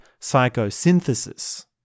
psychosynthesis